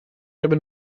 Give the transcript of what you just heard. hebben